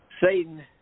Satan